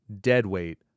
Deadweight